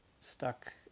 stuck